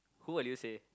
who will you say